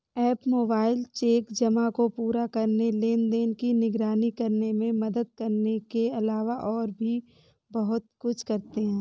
app mobile check जमा को पूरा करने, लेनदेन की निगरानी करने में मदद करने के अलावा और भी बहुत कुछ करते हैं